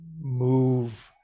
move